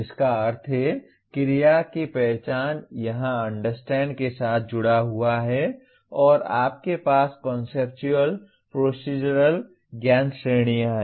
इसका अर्थ है क्रिया की पहचान यहाँ अंडरस्टैंड के साथ जुड़ा हुआ है और आपके पास कॉन्सेप्चुअल प्रोसीजरल ज्ञान श्रेणियाँ हैं